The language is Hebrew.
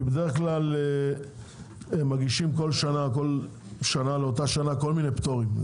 כי בדרך כלל הם מגישים כל שנה על אותה שנה כל מיני פטורים,